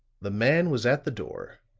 the man was at the door,